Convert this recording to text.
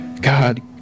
God